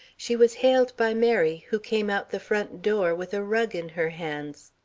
she was hailed by mary, who came out the front door with a rug in her hands.